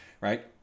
right